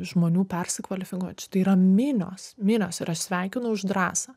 žmonių persikvalifikuojančių tai yra minios minios ir aš sveikinu už drąsą